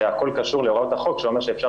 זה הכול קשור להוראות החוק שאומר שאפשר